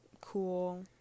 cool